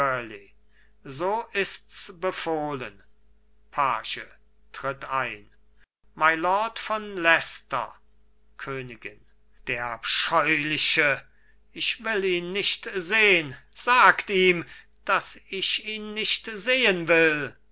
so ist's befohlen page tritt ein mylord von leicester königin der abscheuliche ich will ihn nicht sehn sagt ihm daß ich ihn nicht sehen will